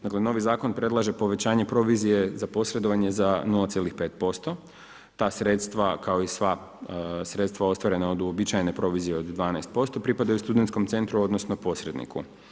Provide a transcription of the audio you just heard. Dakle novi zakon predlaže povećanje provizije za posredovanje za 0,5% ta sredstva kao i sva sredstva ostvarena od uobičajene provizije od 12% pripadaju SC-u odnosno posredniku.